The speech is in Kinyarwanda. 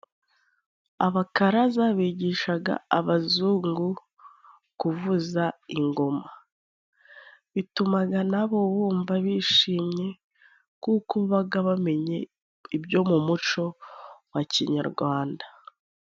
Abakaraza bigishaga abazungu kuvuza ingoma, bitumaga na bo bumva bishimye kuko babaga bamenye ibyo mu muco wa kinyarwanda.